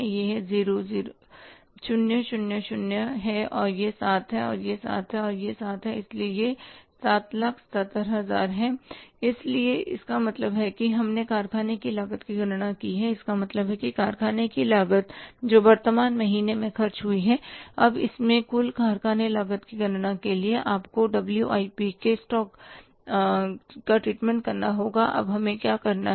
यह 0 0 0 है यह 7 है यह 7 है और यह 7 है इसलिए यह 777000 है इसलिए इसका मतलब है कि हमने कारखाने की लागत की गणना की है जिसका मतलब है कि कारखाने की लागत जो वर्तमान महीने में खर्च हुई है अब इसमें कुल कारखाने लागत की गणना के लिए आपको डब्ल्यूआईपी के स्टॉक ट्रीटमेंट करना होगा अब हमें क्या करना है